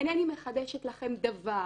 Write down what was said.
אינני מחדשת לכם דבר.